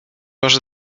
może